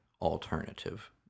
alternative